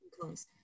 close